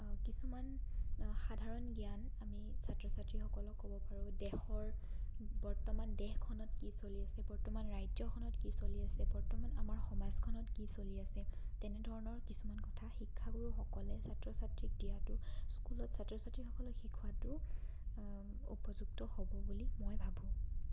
কিছুমান সাধাৰণ জ্ঞান আমি ছাত্ৰ ছাত্ৰীসকলক ক'ব পাৰোঁ দেশৰ বৰ্তমান দেশখনত কি চলি আছে বৰ্তমান ৰাজ্যখনত কি চলি আছে বৰ্তমান আমাৰ সমাজখনত কি চলি আছে তেনেধৰণৰ কিছুমান কথা শিক্ষাগুৰুসকলে ছাত্ৰ ছাত্ৰীক দিয়াটো স্কুলত ছাত্ৰ ছাত্ৰীসকলক শিকোৱাটো উপযুক্ত হ'ব বুলি মই ভাবোঁ